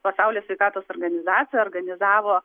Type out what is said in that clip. pasaulio sveikatos organizacija organizavo